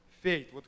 Faith